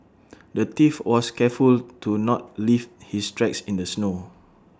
the thief was careful to not leave his tracks in the snow